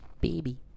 Baby